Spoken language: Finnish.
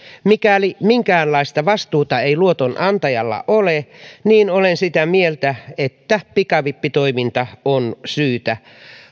mikäli minkäänlaista vastuuta ei luotonantajalla ole niin olen sitä mieltä että pikavippitoiminta on syytä